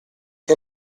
che